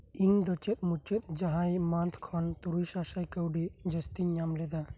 ᱤᱧ ᱫᱚ ᱪᱮᱫ ᱢᱩᱪᱟᱹᱫ ᱡᱟᱦᱟᱸᱭ ᱢᱟᱫ ᱠᱷᱚᱱ ᱛᱩᱨᱩᱭ ᱥᱟᱥᱟᱭ ᱠᱟᱹᱣᱰᱤ ᱡᱟᱹᱥᱛᱤᱧ ᱧᱟᱢᱞᱮᱫᱟ